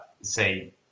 say